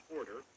order